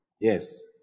Yes